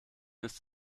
ist